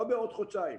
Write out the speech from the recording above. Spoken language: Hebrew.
לא בעוד חודשיים,